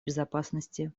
безопасности